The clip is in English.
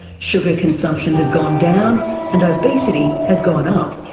sugar consumption has gone down and obesity has gone up.